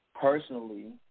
personally